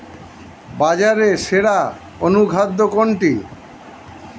বাজারে সেরা অনুখাদ্য কোনটি?